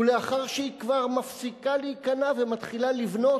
ולאחר שהיא כבר מפסיקה להיכנע ומתחילה לבנות,